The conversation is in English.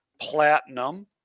platinum